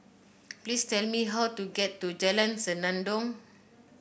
please tell me how to get to Jalan Senandong